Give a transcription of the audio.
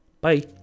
bye